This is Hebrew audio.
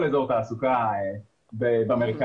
כל אזור תעסוקה במרכז,